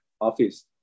office